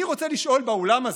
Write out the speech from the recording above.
אני רוצה לשאול כאן באולם הזה: